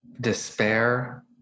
despair